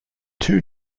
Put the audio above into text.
two